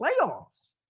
playoffs